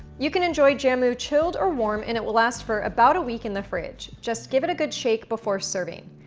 you can enjoy jamu, chilled or warm and it will last for about a week in the fridge, just give it a good shake before serving.